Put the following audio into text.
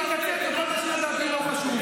איתכם אני לא מדבר.